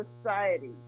society